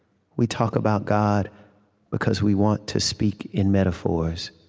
we talk about god because we want to speak in metaphors.